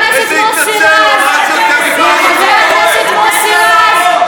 כי הוא מהמחנה הנאור, אז לו מותר, הטרור.